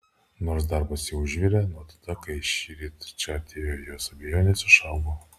nors darbas jau užvirė nuo tada kai šįryt čia atėjo jos abejonės išaugo